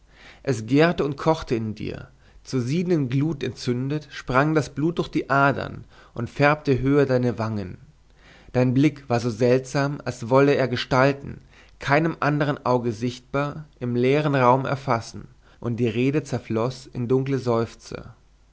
es gärte und kochte in dir zur siedenden glut entzündet sprang das blut durch die adern und färbte höher deine wangen dein blick war so seltsam als wolle er gestalten keinem andern auge sichtbar im leeren raum erfassen und die rede zerfloß in dunkle seufzer